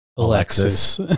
Alexis